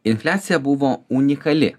infliacija buvo unikali